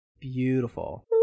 beautiful